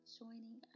joining